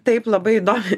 taip labai įdomi